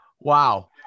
Wow